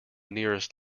nearest